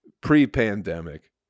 pre-pandemic